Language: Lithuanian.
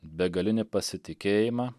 begalinį pasitikėjimą